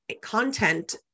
content